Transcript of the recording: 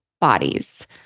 bodies